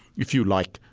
if you like,